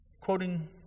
quoting